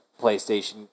PlayStation